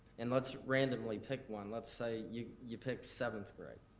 and let's randomly pick one. let's say you you pick seventh grade.